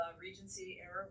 Regency-era